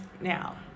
now